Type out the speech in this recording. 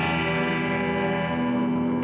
and